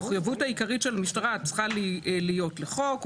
המחויבות העיקרית של משטרה צריכה להיות לחוק,